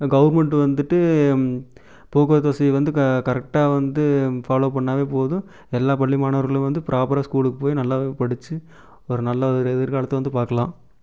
government வந்துட்டு போக்குவரத்து வசதி வந்து கரெக்டாக வந்து ஃபாலோ பண்ணாவே போதும் எல்லா பள்ளி மாணவர்களும் வந்து ப்ராப்பராக ஸ்கூலுக்கு போய் நல்லாவே படிச்சு ஒரு நல்ல ஒரு எதிர்காலத்தை வந்து பார்க்கலாம்